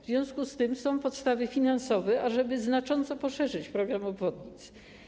W związku z tym są podstawy finansowe, żeby znacząco poszerzyć program obwodnic.